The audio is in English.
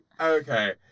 Okay